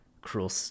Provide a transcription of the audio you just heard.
Cruel